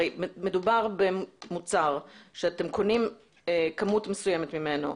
הרי מדובר במוצר שאתם קונים כמות מסוימת ממנו,